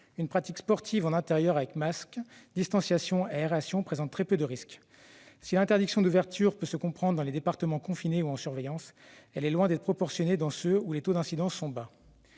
une pratique sportive en intérieur avec masque, distanciation et aération présente très peu de risques. Si l'interdiction d'ouverture peut se comprendre dans les départements confinés ou en surveillance, elle est loin d'être proportionnée dans ceux où les taux d'incidence sont bas.